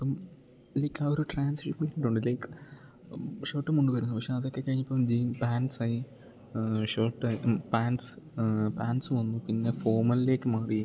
ഇപ്പം ലൈക്ക് ഒരു ട്രാൻസ്ഷിപ്പ്മെൻറ്റുണ്ട് ലൈക്ക് ഷര്ട്ടും മുണ്ടുവായിരുന്നു പക്ഷേ അതൊക്കെ കഴിഞ്ഞിപ്പം ജീൻസ് പാന്റ്സ് ഷേട്ടായി പാന്റ്സ് പാന്റ്സ് വന്നു പിന്നെ ഫോർമലിലേക്ക് മാറി